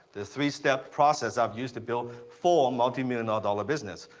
the three-step process i've used to build four multimillion ah dollar business.